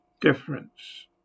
difference